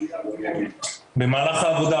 במהלך העבודה,